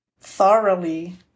thoroughly